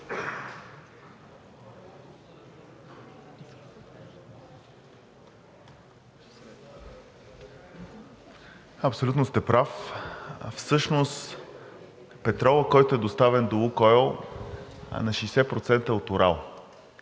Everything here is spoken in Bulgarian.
Абсолютно сте прав. Всъщност петролът, който е доставен до „Лукойл“, 60% е от „Урал“.